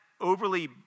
overly